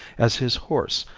as his horse,